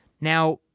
Now